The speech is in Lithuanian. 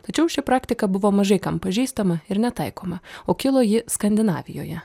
tačiau ši praktika buvo mažai kam pažįstama ir netaikoma o kilo ji skandinavijoje